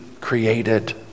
created